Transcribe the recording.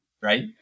right